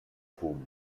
fum